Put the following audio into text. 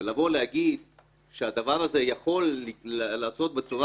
ולהגיד שהדבר הזה יכול לעשות בצורה